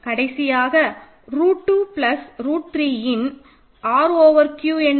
கடைசியாக root 2 plus root 3 in R over Q என்ன